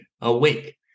awake